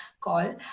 call